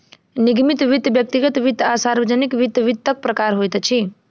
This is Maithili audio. निगमित वित्त, व्यक्तिगत वित्त आ सार्वजानिक वित्त, वित्तक प्रकार होइत अछि